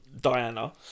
Diana